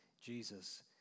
Jesus